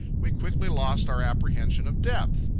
we quickly lost our apprehension of depth.